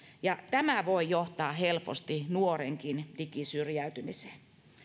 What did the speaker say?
ja tämä voi johtaa helposti nuorenkin digisyrjäytymiseen